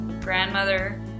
grandmother